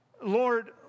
Lord